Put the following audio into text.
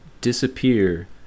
disappear